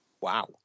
Wow